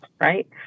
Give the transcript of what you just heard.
right